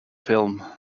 film